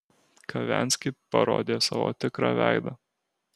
kavenski parodė savo tikrą veidą